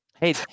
Hey